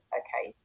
okay